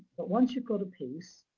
but once you've got a piece,